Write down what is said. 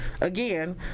again